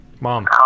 Mom